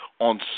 on